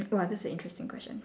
!wah! that's an interesting question